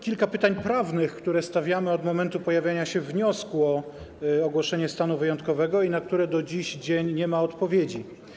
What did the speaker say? Kilka pytań prawnych, które stawiamy od momentu pojawienia się wniosku o ogłoszenie stanu wyjątkowego i na które do dziś nie ma odpowiedzi.